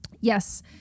Yes